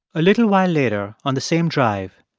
a little while later on the same drive,